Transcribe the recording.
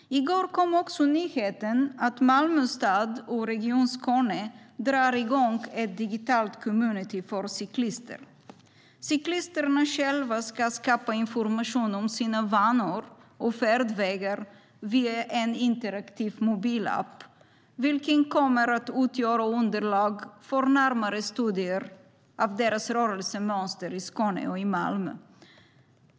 I går kom nyheten att Malmö stad och Region Skåne drar igång en digital community för cyklister. Cyklisterna själva ska skapa information om sina vanor och färdvägar via en interaktiv mobilapp, vilken kommer att utgöra underlag för närmare studier av deras rörelsemönster i Skåne och Malmö.